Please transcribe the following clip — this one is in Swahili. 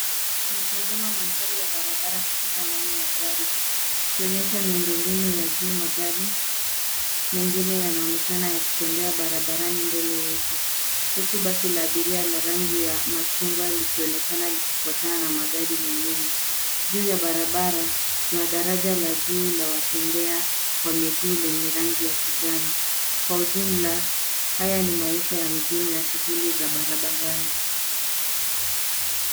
Tunatazama mandhari ya barabara kutoka ndani ya gari. Tukionyesha miundo mbinu ya juu magari, mengine yanaonekana ya kitembea barabarani mbele yetu. Huku basi la biria la rangi ya machungwa likionekana likifuatana na magari mengine. Juu ya barabara, tuna daraja la juu la watembea kwa miguu yenye rangi ya kijani. Kwa ujumla, haya ni maisha ya mjini na shughuli za barabarani.